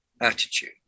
attitude